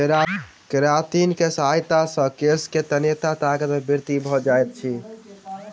keratin के सहायता से केश के तन्यता ताकत मे वृद्धि भ जाइत अछि